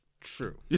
True